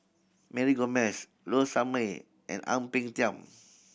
Mary Gomes Low Sanmay and Ang Peng Tiam